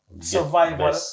survival